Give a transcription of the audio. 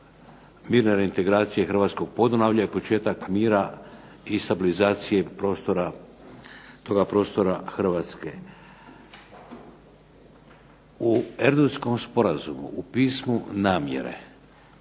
mirne reintegracije Hrvatskog Podunavlja i početak mira i stabilizacije prostora Hrvatske. U Erdutskom sporazumu u pismu namjere